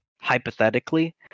hypothetically